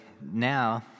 now